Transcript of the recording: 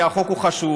כי החוק הוא חשוב,